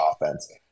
offense